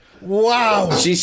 Wow